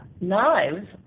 knives